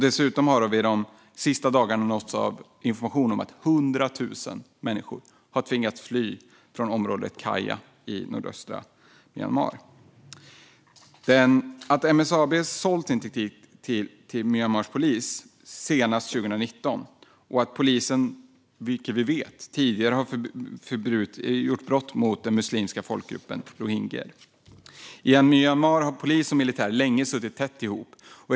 Dessutom har vi de senaste dagarna nåtts av information om att 100 000 människor har tvingats fly från området Kayah i nordöstra Myanmar. MSAB har sålt sin teknik till Myanmars polis senast 2019, och polisen har, vilket vi vet, tidigare begått brott mot den muslimska folkgruppen rohingyer. I Myanmar har polis och militär länge suttit tätt ihop.